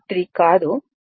3 కాదు